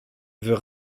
veut